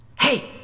Hey